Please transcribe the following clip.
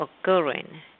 occurring